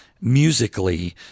musically